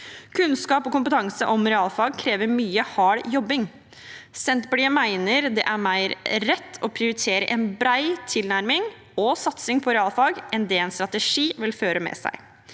Kunnskap om og kompetanse i realfag krever mye hard jobbing. Senterpartiet mener det er mer rett å prioritere en bred tilnærming og satsing på realfag enn det som en strategi vil føre med seg.